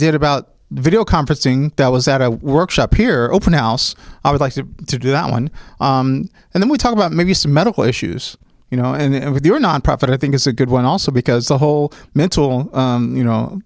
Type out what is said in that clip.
did about video conferencing that was at a workshop here open house i would like to to do that one and then we talk about maybe some medical issues you know and with your nonprofit i think is a good one also because the whole mental you know